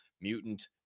Mutant